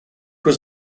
was